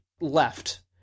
left